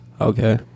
Okay